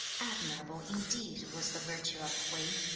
admirable indeed was the virtue of hui!